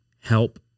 help